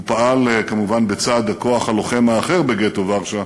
הוא פעל כמובן בצד הכוח הלוחם האחר בגטו ורשה,